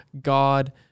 God